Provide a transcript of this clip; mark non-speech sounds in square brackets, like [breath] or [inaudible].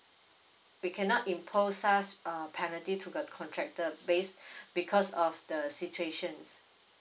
we cannot impose such uh penalty to the contractor based [breath] because of the situation